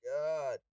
God